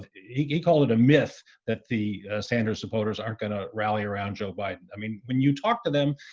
he called it a myth that the sanders supporters aren't going to rally around joe biden. i mean, when you talk to them,